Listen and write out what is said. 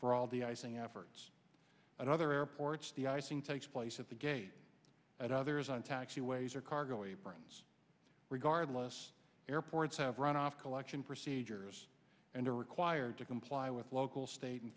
for all the icing efforts at other airports the icing takes place at the gate at others on taxiways or cargo aprons regardless airports have run off collection procedures and are required to comply with local state and